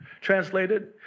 Translated